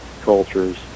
cultures